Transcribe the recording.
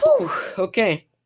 Okay